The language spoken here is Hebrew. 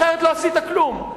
אחרת לא עשית כלום,